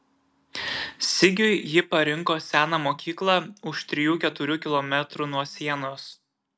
sigiui ji parinko seną mokyklą už trijų keturių kilometrų nuo sienos